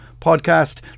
podcast